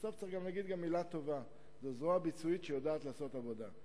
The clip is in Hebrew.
בסוף צריך להגיד גם מלה טובה: זו זרוע ביצועית שיודעת לעשות עבודה.